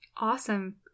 Awesome